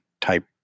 type